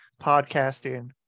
podcasting